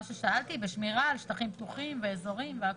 מה ששאלתי לגבי שמירה על שטחים פתוחים ואזורים והכול?